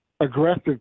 Aggressive